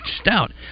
stout